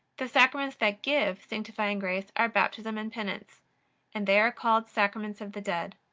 the sacraments that give sanctifying grace are baptism and penance and they are called sacraments of the dead.